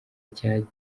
cyagizwe